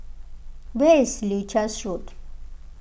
where is Leuchars Road